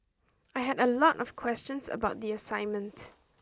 I had a lot of questions about the assignments